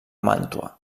màntua